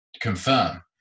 confirm